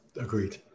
Agreed